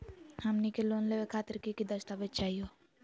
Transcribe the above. हमनी के लोन लेवे खातीर की की दस्तावेज चाहीयो?